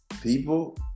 people